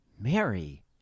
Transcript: Mary